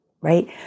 right